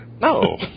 No